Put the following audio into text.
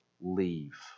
leave